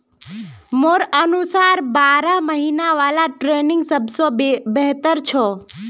मोर अनुसार बारह महिना वाला ट्रेनिंग सबस बेहतर छ